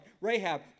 Rahab